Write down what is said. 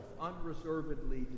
unreservedly